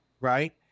right